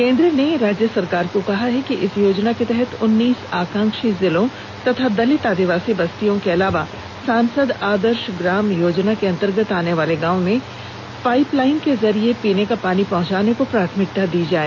केंद्र ने राज्य सरकार को कहा है कि इस योजना के तहत उन्नीस आकांक्षी जिलों तथा दलित आदिवासी बस्तियों के अलावा सांसद आदर्श ग्राम योजना के अंतर्गत आनेवाले गांवों में पाइपलाइन के जरिए पीने का पानी पहुंचाने को प्राथमिकता दी जाए